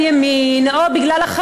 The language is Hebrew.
או בגלל הימין,